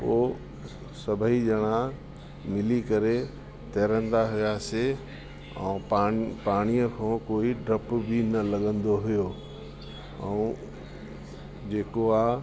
पोइ सभेई ॼणा मिली करे तरंदा हुआसीं ऐं पान पाणीअ खां कोई डपु बि न लॻंदो हुओ ऐं जेको आहे